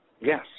Yes